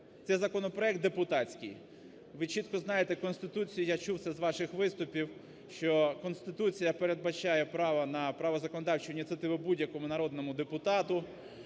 це законопроект депутатський, ви чітко знаєте Конституцію, я чув це з ваших виступів, що Конституція передбачає право на право законодавчу ініціативу будь-якому народному депутату,